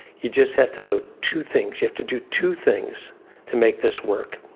you just have to know two things, you have to do two things to make this work.